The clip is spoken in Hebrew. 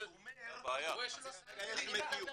יש לו סל קליטה.